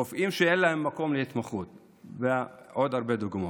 רופאים שאין להם מקום להתמחות ועוד הרבה דוגמאות.